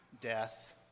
death